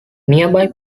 nearby